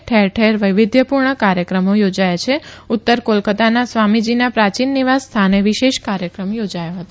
ઠેરઠેર વૈવિધ્યપૂર્ણ કાર્યક્રમો યોજાથા છે ઉતર કોલકાતાના સ્વામીજીના પ્રાચીન નિવાસ સ્થાને વિશેષ કાર્યક્રમ યોજાયો હતો